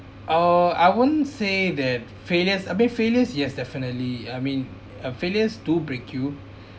oh I wouldn't say that failures I mean failures yes definitely I mean uh failures do break you